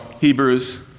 Hebrews